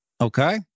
Okay